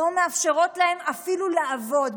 לא מאפשרות לו אפילו לעבוד,